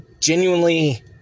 genuinely